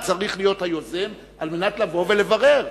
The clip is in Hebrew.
צריך להיות היוזם על מנת לבוא ולברר